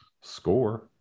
Score